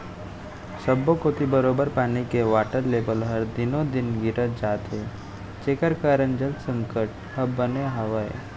सब्बो कोती बरोबर पानी के वाटर लेबल हर दिनों दिन गिरत जात हे जेकर कारन जल संकट ह बने हावय